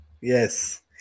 Yes